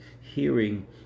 hearing